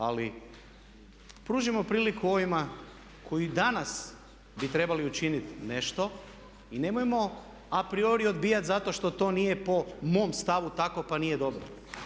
Ali pružimo priliku ovima koji danas bi trebali učiniti nešto i nemojmo a priori zato što to nije po mom stavu tako pa nije dobro.